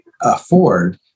afford